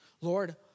Lord